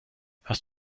hast